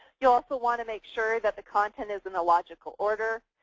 you also want to make sure that the content is in a logical order,